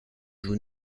joue